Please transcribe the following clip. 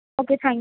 okay thank